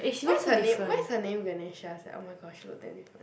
why is her name why is her name Vernicious sia oh my gosh she look damn good